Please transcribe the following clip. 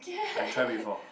I try before